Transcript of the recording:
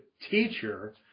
teacher